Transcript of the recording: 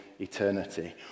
eternity